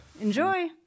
Enjoy